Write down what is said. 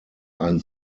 ein